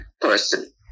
person